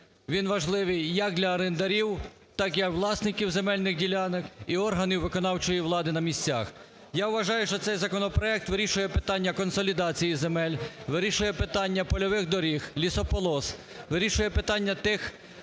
Він важливий як для орендарів, так і для власників земельних ділянок і органів виконавчої влади на місцях. Я вважаю, що цей законопроект вирішує питання консолідації земель, вирішує питання польових доріг, лісополос, вирішує питання тих